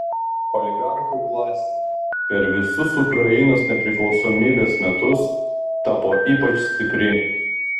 oligarchų klasė per visus ukrainos nepriklausomybės metus tapo ypač stipri